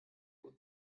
gut